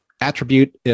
attribute